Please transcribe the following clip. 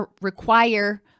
require